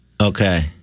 Okay